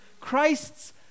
Christ's